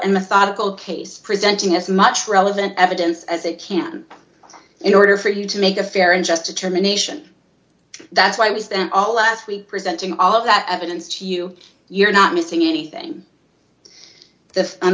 and methodical case presenting as much relevant evidence as it can in order for you to make a fair and just determination that's what i was and all last week presenting all of that evidence to you you're not missing anything